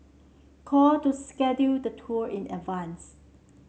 call to schedule the tour in advance